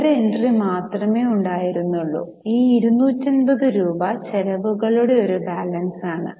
ഒരു എൻട്രി മാത്രമേ ഉണ്ടായിരുന്നുള്ളൂ ഈ 250 രൂപ ചെലവുകളുടെ ഒരു ബാലൻസ് ആണ്